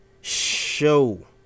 show